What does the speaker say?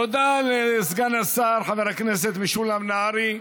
תודה לסגן השר חבר הכנסת משולם נהרי.